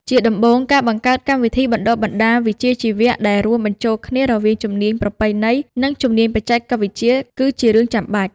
ជាដំបូង ការបង្កើតកម្មវិធីបណ្តុះបណ្តាលវិជ្ជាជីវៈដែលរួមបញ្ចូលគ្នារវាងជំនាញប្រពៃណី និងជំនាញបច្ចេកវិទ្យាគឺជារឿងចាំបាច់។